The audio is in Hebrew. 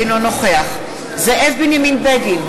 אינו נוכח זאב בנימין בגין,